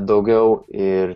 daugiau ir